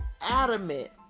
adamant